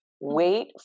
wait